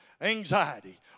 anxiety